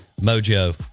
mojo